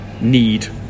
need